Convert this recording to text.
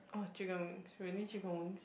oh chicken wings really chicken wings